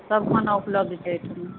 सब खाना उपलब्ध छै एहिठाम